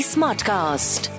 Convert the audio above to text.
Smartcast